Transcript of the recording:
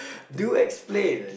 do explain